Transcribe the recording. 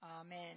Amen